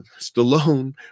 Stallone